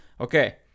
okay